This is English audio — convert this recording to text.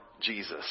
Jesus